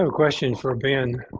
um question for ben.